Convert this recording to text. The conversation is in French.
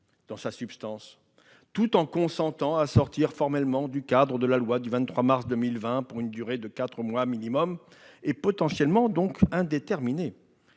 dans sa substance, tout en consentant à sortir formellement du cadre de la loi du 23 mars 2020, et ce pour une durée de quatre mois minimum, qui pourrait donc être